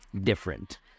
different